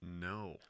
No